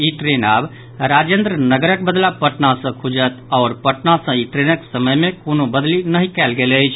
ई train आब राजेन्द्र नगरक बदला पटना सॅ खुजत आओर पटना सॅ ई ट्रेनक समय मे कोनो बदलि नहि कयल गेल अछि